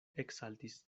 eksaltis